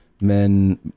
men